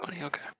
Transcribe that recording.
Okay